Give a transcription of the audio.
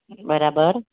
બરાબર